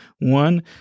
one